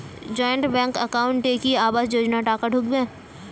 Joint bank একাউন্টে কি আবাস যোজনা টাকা ঢুকবে?